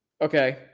okay